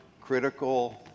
critical